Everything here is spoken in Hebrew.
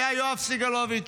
היה יואב סגלוביץ',